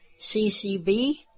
CCB